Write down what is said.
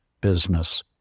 business